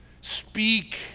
Speak